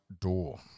door